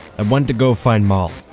i went to go find molly.